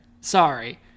Sorry